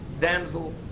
damsel